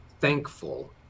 Thankful